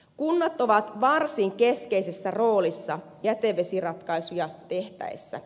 kunnat ovat varsin keskeisessä roolissa jätevesiratkaisuja tehtäessä